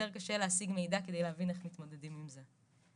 יותר קשה להשיג מידע כדי להבין איך מתמודדים עם זה.